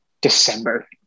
December